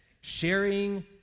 sharing